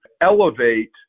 elevate